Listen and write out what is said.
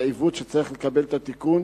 זה עיוות שצריך לקבל את תיקונו.